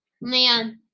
Man